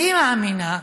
אני מאמינה,